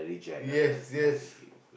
yes yes